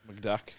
McDuck